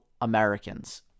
Americans